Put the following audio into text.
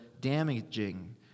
damaging